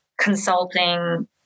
consulting